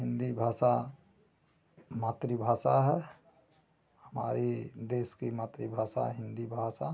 हिन्दी भाषा मातृ भाषा है हमारी देश की मातृभाषा हिन्दी भाषा